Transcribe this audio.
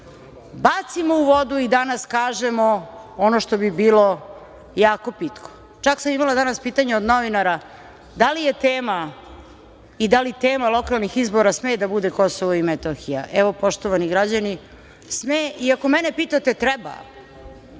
bacimo u vodu i danas kažemo ono što bi bilo jako pitko. Čak sam imala danas pitanje od novinara - da li je tema i da li tema lokalnih izbora sme da bude Kosovo i Metohija? Poštovani građani, sme i, ako mene pitate, treba,